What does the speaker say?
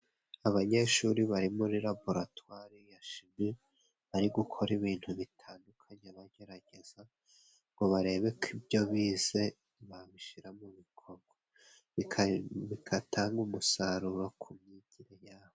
Abanyeshuri bari muri laboratware ya shimi ,bari gukora ibintu bitandukanye bagerageza ngo barebeko ibyo bize babishira mu bikorwa bikatanga umusaruro ku myigire yabo.